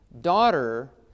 daughter